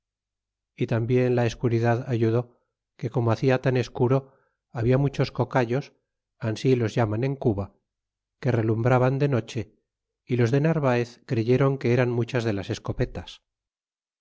y tambien la escuridad ayudó que como hacia tan escuro habia muchos cocayos ansi los llaman en cuba que relumbraban de noche é los de narvaez creyeron que eran muchas de las escopetas